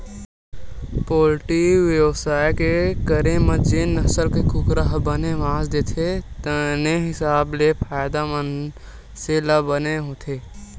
poultry बेवसाय के करे म जेन नसल के कुकरा ह बने मांस देथे तेने हिसाब ले फायदा मनसे ल बने होथे